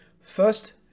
First